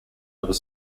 other